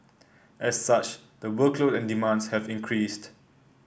as such the workload and demands have increased